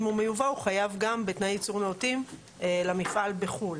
ואם הוא מיובא הוא חייב גם בתנאי ייצור נאותים למפעל בחו"ל.